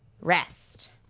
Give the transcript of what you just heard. Rest